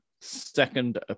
second